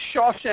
Shawshank